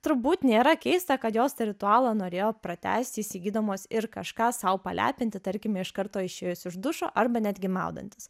turbūt nėra keista kad jos tą ritualą norėjo pratęsti įsigydamos ir kažką sau palepinti tarkime iš karto išėjus iš dušo arba netgi maudantis